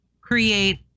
create